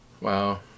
Wow